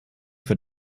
für